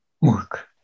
work